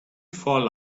for